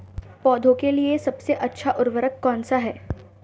पौधों के लिए सबसे अच्छा उर्वरक कौनसा हैं?